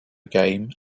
game